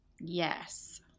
Yes